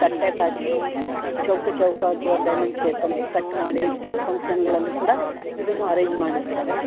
ತಟ್ಟೆಗೆ ಹಾಕಿ ಚೌಕ ಚೌಕ ಅಥ್ವಾ ಡೈಮಂಡ್ ಶೇಪಲ್ಲಿ ಕಟ್ ಮಾಡಿ ಫ್ ಫಂಕ್ಷನ್ಗಳಲ್ಲಿ ಕೂಡ ಇದನ್ನು ಅರೇಂಜ್ ಮಾಡಿರ್ತಾರೆ